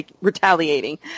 retaliating